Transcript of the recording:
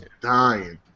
dying